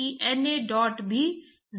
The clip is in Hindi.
यह देखना बहुत मुश्किल काम है